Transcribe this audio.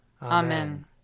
Amen